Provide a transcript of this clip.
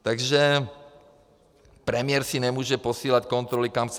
Takže premiér si nemůže posílat kontroly, kam chce.